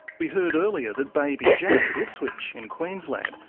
we heard earlier that baby jack at ipswich, in queensland,